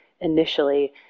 initially